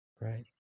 Right